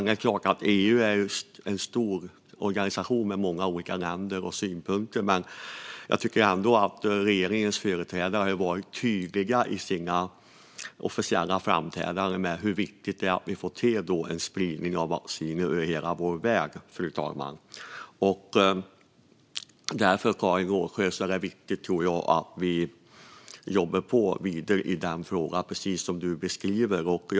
Det är klart att EU är en stor organisation med många olika länder och synpunkter, men jag tycker ändå att regeringens företrädare i officiella framträdanden har varit tydliga med hur viktigt det är att vi får till en spridning av vaccin över hela vår värld, fru talman. Jag tror att det är viktigt att vi jobbar vidare i den frågan, precis som du beskriver, Karin Rågsjö.